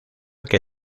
que